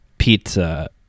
Pizza